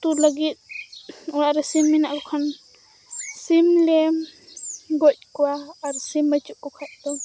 ᱩᱛᱩ ᱞᱟᱹᱜᱤᱫ ᱚᱲᱟᱜᱨᱮ ᱥᱤᱢ ᱢᱮᱱᱟᱜᱠᱚ ᱠᱷᱟᱱ ᱥᱤᱢᱞᱮ ᱜᱚᱡᱠᱚᱣᱟ ᱟᱨ ᱥᱤᱢ ᱵᱟᱹᱪᱩᱜᱠᱚ ᱠᱷᱟᱡᱫᱚ